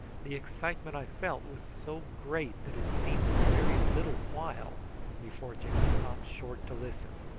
the excitement i felt was so great that it seemed a very little while before jimmy stopped short to listen.